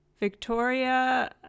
Victoria